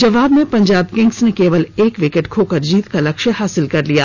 जवाब में पंजाब किंग्स ने केवल एक विकेट खोकर जीत का लक्ष्य हासिल कर लिया